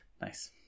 Nice